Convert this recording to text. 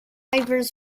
divers